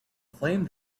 flame